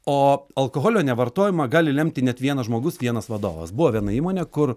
o alkoholio nevartojimą gali lemti net vienas žmogus vienas vadovas buvo viena įmonė kur